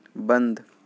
بند